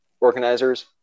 organizers